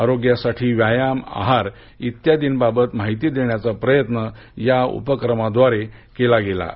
आरोग्यासाठी व्यायाम आहार इत्यादीबाबत माहिती देण्याचा प्रयत्न याद्वारे केला जाणार आहे